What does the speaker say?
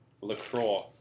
LaCroix